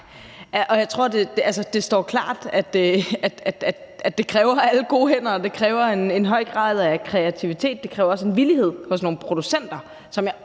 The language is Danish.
Altså, det står jo klart, at det kræver alle gode hænder, og det kræver en høj grad af kreativitet, og det kræver også en villighed hos nogle producenter, som jeg